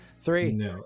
three